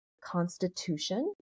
constitution